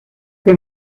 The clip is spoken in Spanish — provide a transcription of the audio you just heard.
que